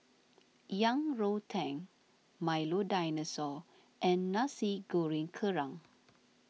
Yang Rou Tang Milo Dinosaur and Nasi Goreng Kerang